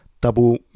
double